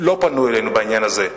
לא פנו אלינו בעניין הזה,